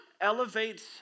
elevates